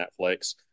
Netflix